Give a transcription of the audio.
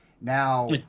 Now